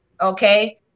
Okay